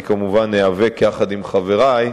אבל אתה מדבר בשם ראש הממשלה.